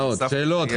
כן, שאלות,